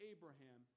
Abraham